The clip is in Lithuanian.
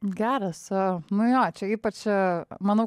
geras nu jo čia ypač čia manau